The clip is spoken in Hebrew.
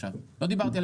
אני מדבר על